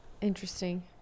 Interesting